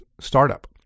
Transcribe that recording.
startup